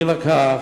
אי-לכך,